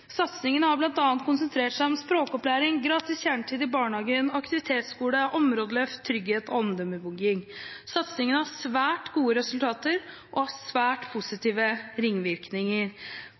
Satsingen har svært gode resultater og har svært positive ringvirkninger.